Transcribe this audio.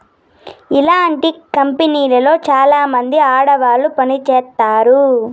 ఇలాంటి కంపెనీలో చాలామంది ఆడవాళ్లు పని చేత్తారు